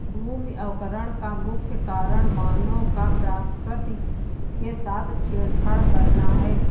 भूमि अवकरण का मुख्य कारण मानव का प्रकृति के साथ छेड़छाड़ करना है